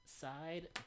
Side